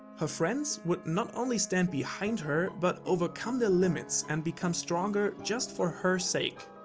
her friends would not only stand behind her but overcome their limits and become stronger just for her sake.